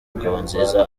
ngabonziza